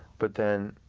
but then